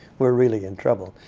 we're really in trouble.